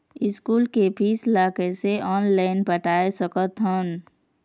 School के fees ला कैसे ऑनलाइन पटाए सकत हव?